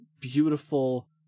beautiful